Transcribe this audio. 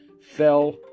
fell